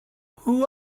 who